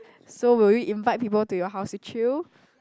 so will you invite people to your house to chill